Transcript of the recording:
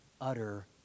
utter